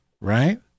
right